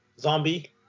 zombie